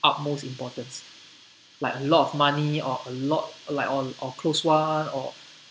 utmost importance like a lot of money or a lot like all or close one or